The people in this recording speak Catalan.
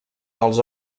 dels